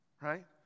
Right